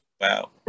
Wow